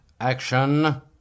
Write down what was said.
action